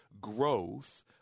growth